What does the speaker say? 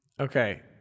Okay